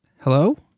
Hello